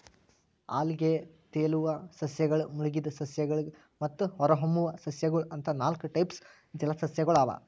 ಅಲ್ಗೆ, ತೆಲುವ್ ಸಸ್ಯಗಳ್, ಮುಳಗಿದ್ ಸಸ್ಯಗಳ್ ಮತ್ತ್ ಹೊರಹೊಮ್ಮುವ್ ಸಸ್ಯಗೊಳ್ ಅಂತಾ ನಾಲ್ಕ್ ಟೈಪ್ಸ್ ಜಲಸಸ್ಯಗೊಳ್ ಅವಾ